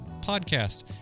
podcast